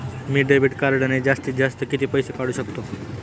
मी debit कार्डने जास्तीत जास्त किती पैसे काढू शकतो?